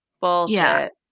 Bullshit